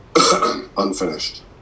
Unfinished